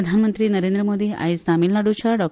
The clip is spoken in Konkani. प्रधानमंत्री नरेंद्र मोदी आयज तामीळनाडूच्या डॉ